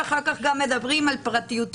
ואחר כך גם מדברים על פרטיותו.